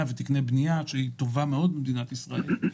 ותקני הבנייה הטובה מאוד במדינת ישראל,